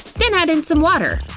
then add in some water.